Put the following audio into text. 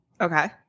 Okay